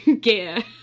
gear